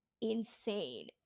insane